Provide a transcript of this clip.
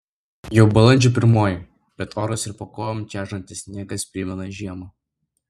jau balandžio pirmoji bet oras ir po kojom čežantis sniegas primena žiemą